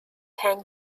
ten